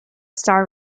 star